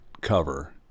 cover